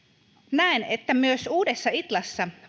näen että myös uudessa itlassa